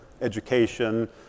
education